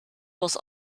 was